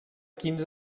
quins